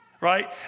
right